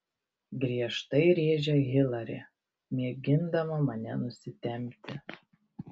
griežtai rėžia hilari mėgindama mane nusitempti